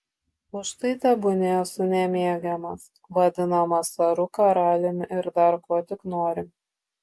už tai tebūnie esu nemėgiamas vadinamas caru karaliumi ir dar kuo tik nori